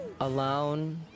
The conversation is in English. alone